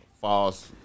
false